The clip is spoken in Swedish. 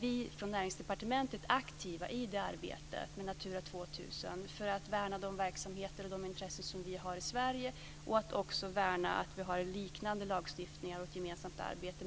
Vi från Näringsdepartementet är aktiva i arbetet med Natura 2000 för att värna de verksamheter och intressen som vi har i Sverige och också för att värna att vi har liknande lagstiftning som